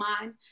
mind